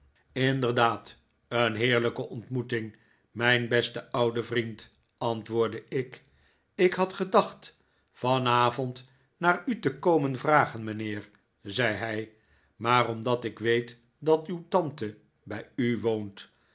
inderdaad een heerlijke ontmoeting mijn beste oude vriend antwoordde ik ik had gedacht vanavond naar u te komen vragen mijnheer zei hij maar omdat ik weet dat uw tante bij u woont